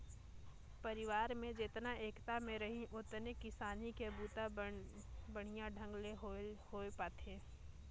परिवार में जेतना एकता में रहीं ओतने किसानी के बूता बड़िहा ढंग ले होये पाथे